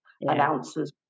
announcers